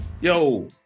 yo